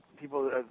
people